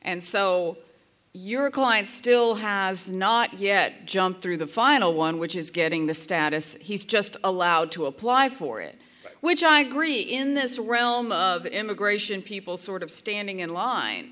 and so your client still has not yet jumped through the final one which is getting the status he's just allowed to apply for it which i agree in this realm of immigration people sort of standing in